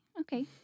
okay